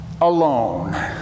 alone